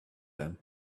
them